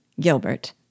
Gilbert